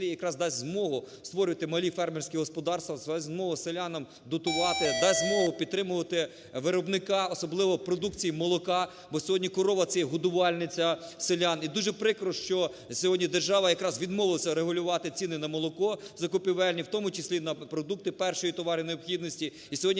якраз дасть змогу створювати малі фермерські господарства, дасть змогу селянам дотувати, дасть змогу підтримувати виробника, особливо продукції молока, бо сьогодні корова – це є годувальниця селян. І дуже прикро, що сьогодні держава якраз відмовилася регулювати ціни на молоко закупівельні, в тому числі на продукти товарів першої необхідності. І сьогодні